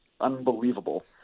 unbelievable